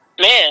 Man